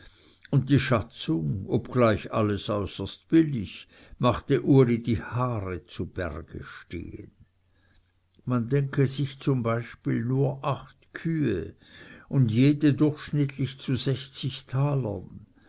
und die schatzung obgleich alles äußerst billig machte uli die haare zu berge stehen man denke sich zum beispiel nur acht kühe und jede durchschnittlich zu sechzig talern